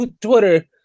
Twitter